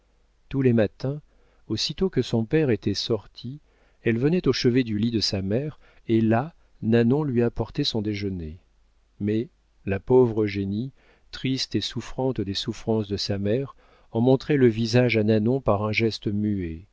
tous les matins aussitôt que son père était sorti elle venait au chevet du lit de sa mère et là nanon lui apportait son déjeuner mais la pauvre eugénie triste et souffrante des souffrances de sa mère en montrait le visage à nanon par un geste muet